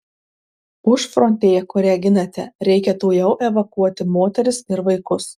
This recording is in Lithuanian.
užfrontėje kurią ginate reikia tuojau evakuoti moteris ir vaikus